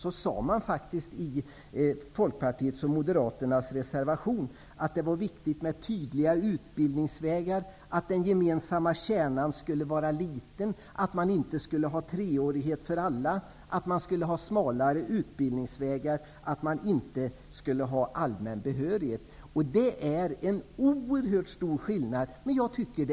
I Moderaternas och Folkpartiets reservation sades då faktiskt att det var viktigt med tydliga utbildningsvägar, att den gemensamma kärnan skulle vara liten, att inte alla skulle gå i skolan i tre år, att man skulle ha smalare utbildningsvägar och att man inte skulle ha allmän behörighet. Det är en oerhört stor skillnad mellan detta och vad man säger nu.